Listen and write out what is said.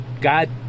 God